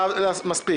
מספיק.